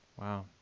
Wow